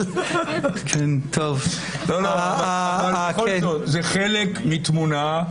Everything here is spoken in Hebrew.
אבל --- אבל בכל זאת זה חלק מתמונה.